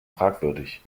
fragwürdig